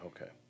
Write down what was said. Okay